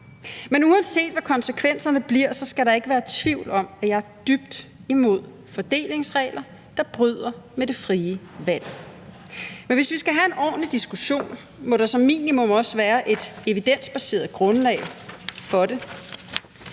Men uanset hvad konsekvenserne bliver, skal der ikke være tvivl om, at jeg er dybt imod fordelingsregler, der bryder med det frie valg. Men hvis vi skal have en ordentlig diskussion, må der som minimum også være et evidensbaseret grundlag for det,